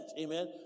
amen